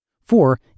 Four